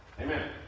Amen